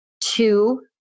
two